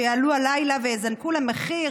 שיעלו הלילה ויזנקו למחיר